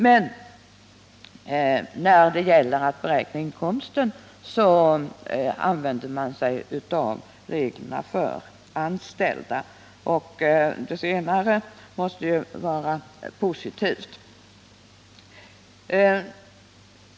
Men när det gäller att beräkna inkomsten använder man reglerna för anställda. Och det senare måste ju vara positivt.